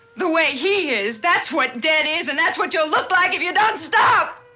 the way he is. that's what dead is. and that's what you'll look like if you don't stop!